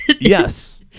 yes